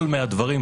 גדול מהדברים,